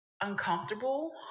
uncomfortable